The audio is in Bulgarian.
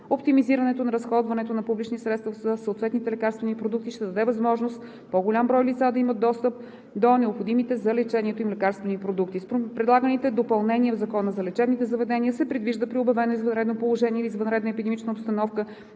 Оптимизирането на разходването на публични средства за съответните лекарствени продукти ще даде възможност по-голям брой лица да имат достъп до необходимите за лечението им лекарствени продукти. С предлаганите допълнения в Закона за лечебните заведения се предвижда при обявено извънредно положение или извънредна епидемична обстановка